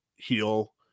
Heal